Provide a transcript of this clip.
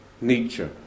Nietzsche